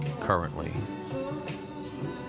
currently